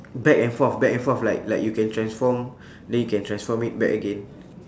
back and forth back and forth like like you can transform then you can transform it back again